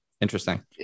Interesting